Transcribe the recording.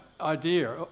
idea